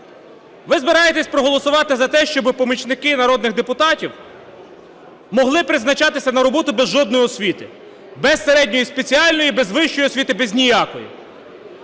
Ви збираєтеся проголосувати за те, щоби помічники народних депутатів могли призначатися на роботу без жодної освіти: без середньої спеціальної, без вищої освіти – без ніякої.